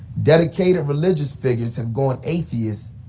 dedicated religious figures have gone atheist.